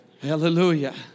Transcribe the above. Hallelujah